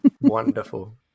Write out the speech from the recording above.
Wonderful